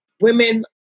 Women